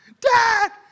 Dad